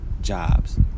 jobs